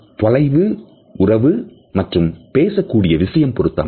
இது தொலைவு உறவு மற்றும் பேசக் கூடிய விஷயம் பொறுத்து அமையும்